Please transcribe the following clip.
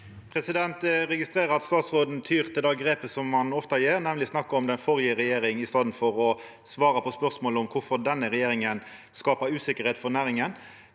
Eg registre- rer at statsråden tyr til det grepet som han ofte gjer, nemleg å snakka om den førre regjeringa i staden for å svara på spørsmål om kvifor denne regjeringa skapar usikkerheit for næringa.